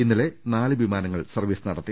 ഇന്നലെ നാല് വിമാനങ്ങൾ സർവ്വീസ് നടത്തി